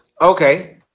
okay